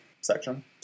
Section